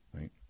right